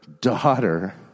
daughter